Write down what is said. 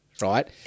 right